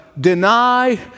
deny